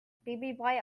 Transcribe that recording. babybrei